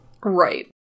Right